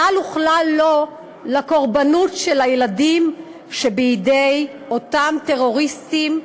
כלל וכלל לא לקורבנוּת של הילדים שבידי אותם טרוריסטים,